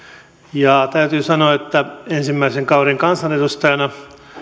ja täytyy sanoa että ensimmäisen kauden kansanedustajana